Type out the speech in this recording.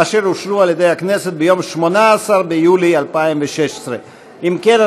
אשר אושרו על ידי הכנסת ביום 18 ביולי 2016. אם כן,